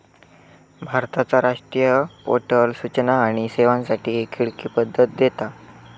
भारताचा राष्ट्रीय पोर्टल सूचना आणि सेवांसाठी एक खिडकी पद्धत देता